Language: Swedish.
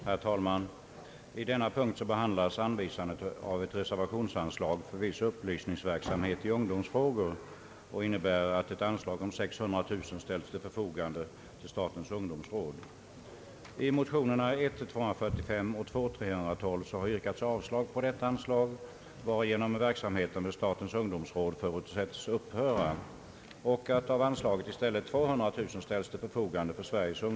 Herr talman! Vid denna punkt behandlas frågan om anvisandet av reservationsanslag för viss upplysningsverksamhet i ungdomsfrågor. Kungl. Maj:t har föreslagit att ett belopp på 600 000 kronor skall ställas till statens ungdomsråds förfogande.